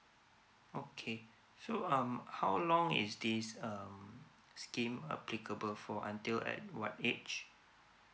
okay so um how long is this um scheme applicable for until at what age